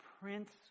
prince